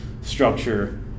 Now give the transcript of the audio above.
structure